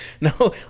No